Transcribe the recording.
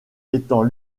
étant